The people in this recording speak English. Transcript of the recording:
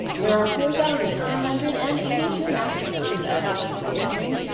there are four thousand three hundred and eighty two masternodes at the time of recording.